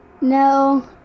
No